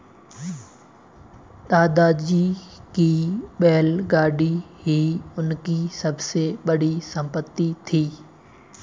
दादाजी की बैलगाड़ी ही उनकी सबसे बड़ी संपत्ति थी